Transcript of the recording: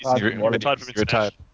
retired